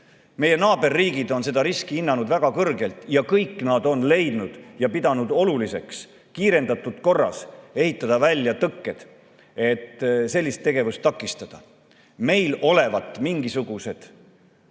Meie naaberriigid on selle riski hinnanud väga suureks ja kõik nad on leidnud ja pidanud oluliseks kiirendatud korras ehitada välja tõkked, et sellist tegevust takistada. Meil olevat mingisugused